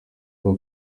kuba